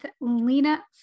Lena